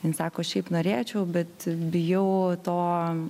jin sako šiaip norėčiau bet bijau to